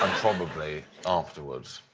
um probably afterwards.